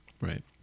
Right